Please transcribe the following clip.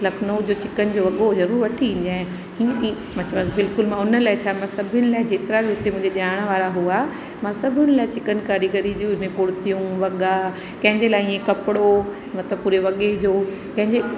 लखनऊ जो चिकन जो वॻो ज़रूरु वठी अचिजे हीअं ई मां चयोमांसि हुन लाइ छा मां सभिनि लाइ जेतिरा बि हुते मुंहिंजे ॼाणण वारा हुआ मां सभिनि लाइ चिकन कारीगरी जी ने कुर्तियूं वॻा कंहिंजे लाइ ईअं कपिड़ो मतिलबु पूरे वॻे जो कंहिंजे